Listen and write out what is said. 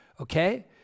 Okay